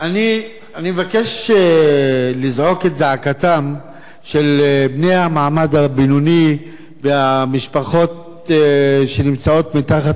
אני מבקש לזעוק את זעקתם של בני המעמד הבינוני והמשפחות שנמצאות מתחת